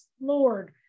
Lord